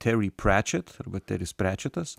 teri pretčet arba teris prečetas